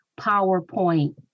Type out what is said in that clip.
PowerPoint